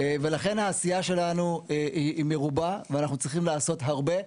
ולכן העשייה שלנו היא מרובה ואנחנו צריכים לעשות הרבה.